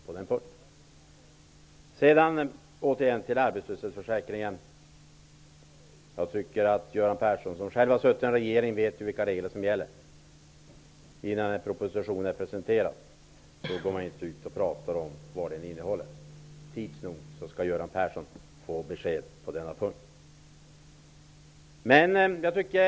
När det sedan återigen gäller arbetslöshetsförsäkringen borde Göran Persson som själv suttit med i en regering veta vilka regler som gäller innan en proposition är framlagd. Då går man inte ut och talar om vad den innehåller. Tids nog skall Göran Persson få besked på denna punkt.